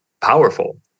powerful